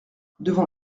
devant